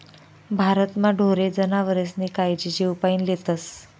भारतमा ढोरे जनावरेस्नी कायजी जीवपाईन लेतस